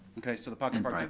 okay, so the park and but like